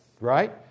right